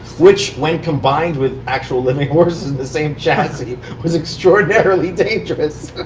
which when combined with actual living horses, the same chassis, was extraordinarily dangerous.